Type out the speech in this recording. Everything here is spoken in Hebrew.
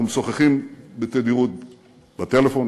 אנחנו משוחחים בתדירות בטלפון,